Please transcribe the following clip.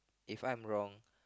if I'm wrong